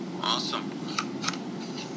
Awesome